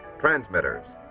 transmitters,